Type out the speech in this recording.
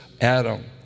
Adam